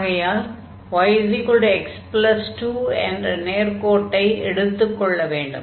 ஆகையால் yx2 என்ற நேர்க்கோட்டை எடுத்துக் கொள்ள வேண்டும்